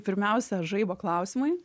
pirmiausia žaibo klausimai